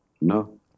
No